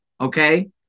okay